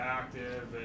active